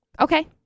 Okay